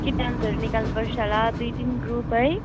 केही डान्सहरू निकाल्नुपर्छ होला दुई तिन ग्रुप है